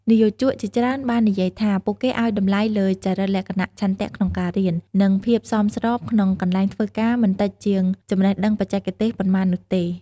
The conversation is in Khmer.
និយោជកជាច្រើនបាននិយាយថា ពួកគេឲ្យតម្លៃលើចរិតលក្ខណៈ ឆន្ទៈក្នុងការរៀន និងភាពសមស្របក្នុងកន្លែងធ្វើការមិនតិចជាងចំណេះដឹងបច្ចេកទេសប៉ុន្មាននោះទេ។